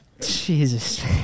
Jesus